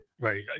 right